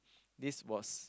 this was